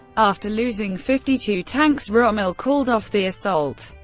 after losing fifty two tanks, rommel called off the assault.